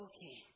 Okay